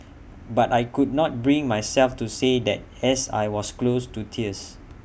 but I could not bring myself to say that as I was close to tears